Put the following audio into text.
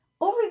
Over